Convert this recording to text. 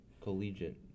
Collegiate